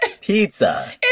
pizza